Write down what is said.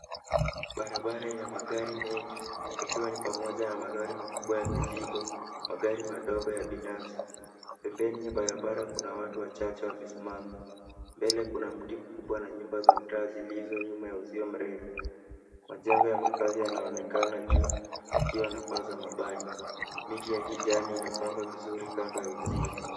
Barabara ina magari mengi, ikiwa ni pamoja na malori makubwa ya mizigo, magari madogo ya binafsi. Pembeni ya barabara kuna watu wachache wamesimama. Mbele Kuna mti mkubwa na nyumba za mtaa zilizo nyuma ya uzio mrefu. Majengo ya makazi yanaonekana juu, yakiwa na paa za mabati. Miti ya kijani imepangwa vizuri kando ya uzio.